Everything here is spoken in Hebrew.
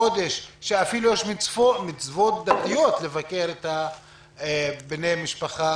חודש שאפילו יש מצוות דתיות לבקר בני משפחה